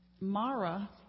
Mara